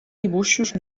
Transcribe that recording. dibuixos